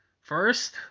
First